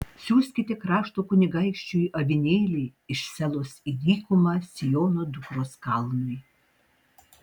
siųskite krašto kunigaikščiui avinėlį iš selos į dykumą siono dukros kalnui